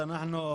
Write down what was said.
מה אתה מציע?